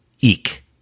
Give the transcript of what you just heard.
Eek